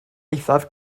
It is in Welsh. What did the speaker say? eithaf